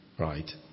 right